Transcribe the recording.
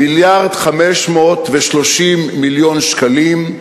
מיליארד ו-530 מיליון שקלים,